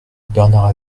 bernard